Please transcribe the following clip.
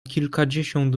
kilkadziesiąt